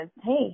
hey